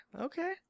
okay